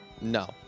No